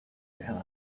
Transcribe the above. behind